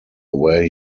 where